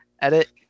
edit